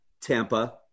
Tampa